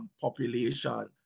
population